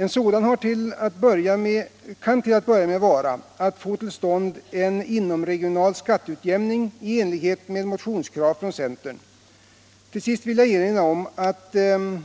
En sådan kan till att börja med vara att få till stånd en inomregional skatteutjämning i enlighet med motionskrav från centern. Till sist vill jag erinra om att tre av